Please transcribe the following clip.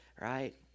right